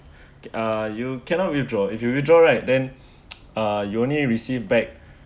uh you cannot withdraw if you withdraw right then uh you only receive back